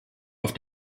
auf